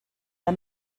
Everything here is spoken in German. der